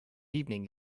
evening